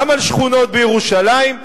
גם על שכונות בירושלים,